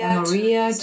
Maria